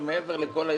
מעבר לכל ההתחשבנויות,